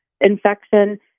infection